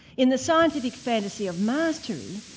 in the scientific fantasy of mastery,